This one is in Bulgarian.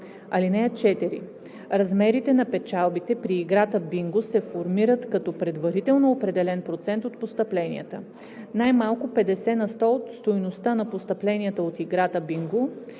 (4) Размерите на печалбите при играта бинго се формират като предварително определен процент от постъпленията. Най-малко 50 на сто от стойността на постъпленията от играта бинго се